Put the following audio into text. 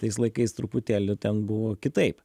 tais laikais truputėlį ten buvo kitaip